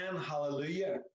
hallelujah